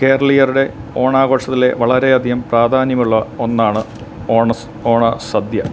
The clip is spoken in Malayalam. കേരളീയരുടെ ഓണാഘോഷത്തിലെ വളരെയധികം പ്രാധാന്യമുള്ള ഒന്നാണ് ഓണം ഓണസദ്യ